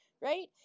right